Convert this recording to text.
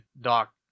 Doc